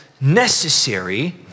necessary